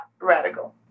radical